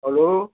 hello